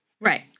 Right